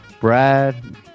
Brad